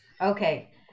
Okay